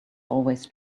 always